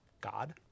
God